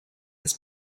his